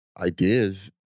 ideas